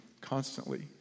constantly